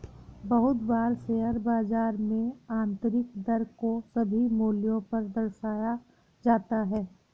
बहुत बार शेयर बाजार में आन्तरिक दर को सभी मूल्यों पर दर्शाया जाता है